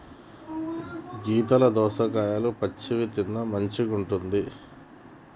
గీతల దోసకాయలు పచ్చివి తిన్న మంచిగుంటది